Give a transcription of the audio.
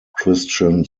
christian